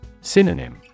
Synonym